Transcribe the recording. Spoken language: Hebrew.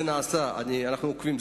אנחנו עוקבים,